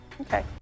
Okay